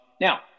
Now